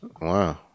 Wow